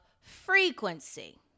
frequency